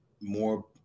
more